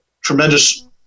tremendous